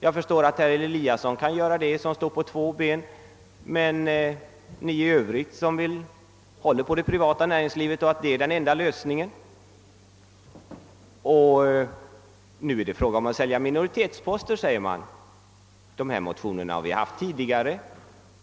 Jag förstår att herr Eliasson i Sundborn, som står på två ben, kan göra en sådan omsvängning. Jag har svårare att förstå att detta är möjligt för er andra som anser att ett privat näringsliv är den enda lösningen. Nu är det fråga om att sälja minoritetsposter, säger man. Vi har behandlat motsvarande motioner tidigare.